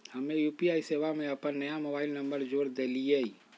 हम्मे यू.पी.आई सेवा में अपन नया मोबाइल नंबर जोड़ देलीयी